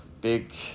big